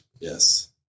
Yes